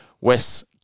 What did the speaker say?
West